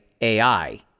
AI